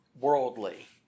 worldly